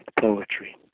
poetry